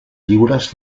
lliures